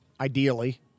ideally